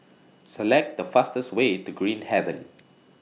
Select The fastest Way to Green Haven